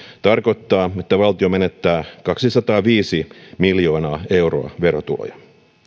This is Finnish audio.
tarkoittaa että valtio menettää kaksisataaviisi miljoonaa euroa verotuloja